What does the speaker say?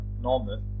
normal